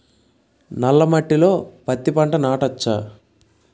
నల్ల మట్టిలో పత్తి పంట నాటచ్చా?